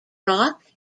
rock